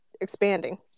expanding